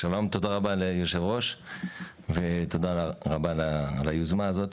תודה רבה ליו"ר, ותודה רבה על היוזמה הזאת.